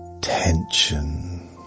tension